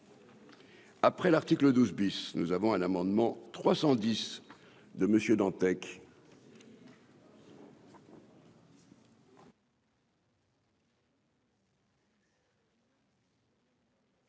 Après l'article 12 bis, nous avons un amendement 310 de Monsieur Dantec.